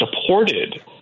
supported